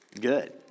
good